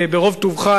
ברוב טובך,